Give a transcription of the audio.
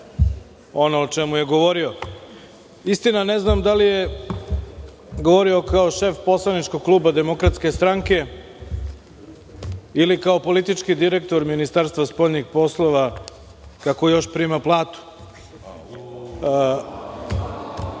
ono o čemu je govorio. Istina, ne znam da li je govorio kao šef poslaničkog kluba Demokratske stranke, ili kao politički direktor Ministarstva spoljnih poslova, kako još prima platu. Ne znam